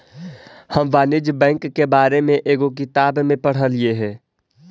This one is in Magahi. हम वाणिज्य बैंक के बारे में एगो किताब में पढ़लियइ हल